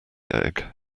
egg